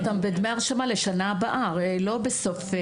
אני רק רוצה